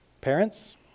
Parents